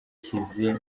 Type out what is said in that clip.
nshyize